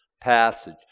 passage